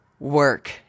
Work